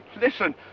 Listen